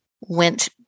went